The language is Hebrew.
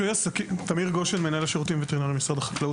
מנהל השירותים הווטרינריים במשרד החקלאות.